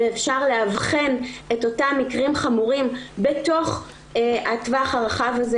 ואפשר לאבחן את אותם מקרים חמורים בתוך הטווח הרחב הזה.